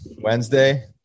Wednesday